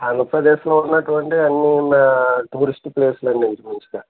ఆంధ్రప్రదేశ్లో ఉన్నటువంటి అన్నీ ఉన్నా టూరిస్ట్ ప్లేసులు అండి ఇంచుమించుగా